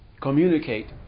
communicate